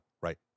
right